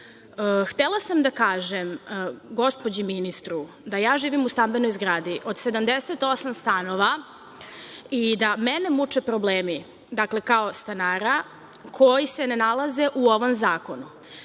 sam da kažem gospođi ministru da ja živim u stambenoj zgradi od 78 stanova i da mene muče problemi, kao stanara, koji se ne nalaze u ovom zakonu.